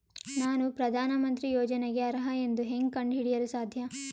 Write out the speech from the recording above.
ನಾನು ಪ್ರಧಾನ ಮಂತ್ರಿ ಯೋಜನೆಗೆ ಅರ್ಹ ಎಂದು ಹೆಂಗ್ ಕಂಡ ಹಿಡಿಯಲು ಸಾಧ್ಯ?